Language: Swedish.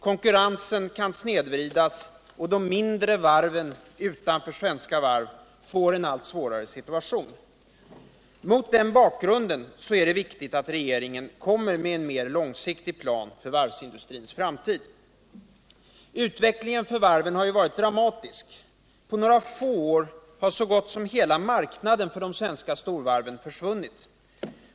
Konkurrensen kan snedvridas och de mindre varven utanför Svenska Varv få en allt svårare situation. Mot den bakgrunden är det viktigt att regeringen kommer med en mer långsiktig plan för varvsindustrins framtid. Utvecklingen för varven har varit dramatisk. På några få år har så gott som hela marknaden för de svenska storvarven försvunnit.